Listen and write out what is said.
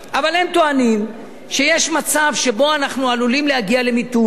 אבל הם טוענים שיש מצב שאנחנו עלולים להגיע למיתון,